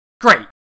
Great